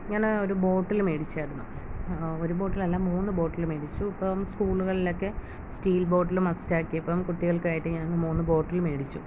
ഞാൻ ഒരു ബോട്ടിൽ മേടിച്ചായിരുന്നു ഒരു ബോട്ടിൽ അല്ല മൂന്ന് ബോട്ടിൽ മേടിച്ചു ഇപ്പം സ്കൂളുകളിലൊക്കെ സ്റ്റീൽ ബോട്ടിൽ മസ്റ്റ് ആക്കിയപ്പം കുട്ടികൾക്കായിട്ട് ഞാൻ മൂന്ന് ബോട്ടിൽ മേടിച്ചു